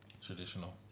traditional